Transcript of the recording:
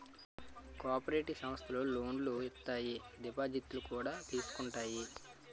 cooperative సమస్థలు లోనులు ఇత్తాయి దిపాజిత్తులు కూడా తీసుకుంటాయి